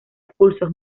pulsos